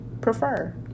prefer